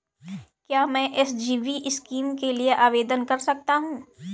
क्या मैं SGB scheme के लिए आवेदन कर सकता हूँ?